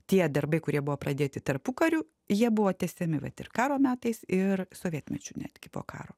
tie darbai kurie buvo pradėti tarpukariu jie buvo tęsiami vat ir karo metais ir sovietmečiu netgi po karo